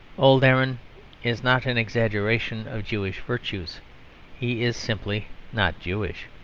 old aaron is not an exaggeration of jewish virtues he is simply not jewish,